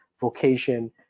vocation